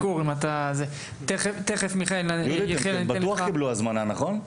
הם בטוח קיבלו הזמנה, נכון?